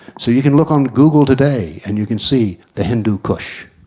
so you can look on google today and you can see the hindukush.